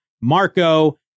Marco